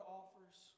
offers